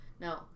no